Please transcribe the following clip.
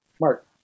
Mark